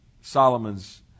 Solomon's